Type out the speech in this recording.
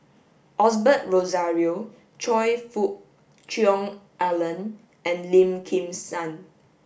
Osbert Rozario Choe Fook Cheong Alan and Lim Kim San